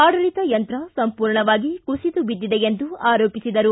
ಆಡಳಿತ ಯಂತ್ರ ಸಂಪೂರ್ಣವಾಗಿ ಕುಸಿದು ಬಿದ್ದಿದೆ ಎಂದು ಆರೋಪಿಸಿದರು